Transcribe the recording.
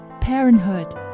parenthood